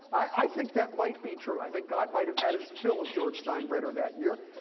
i think that might be true. i think god might have had his fill of george steinbrenner that year.